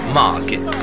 market